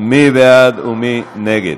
מי בעד ומי נגד?